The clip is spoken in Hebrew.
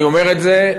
אני אומר את זה,